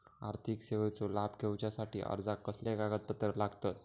आर्थिक सेवेचो लाभ घेवच्यासाठी अर्जाक कसले कागदपत्र लागतत?